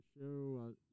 show